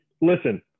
listen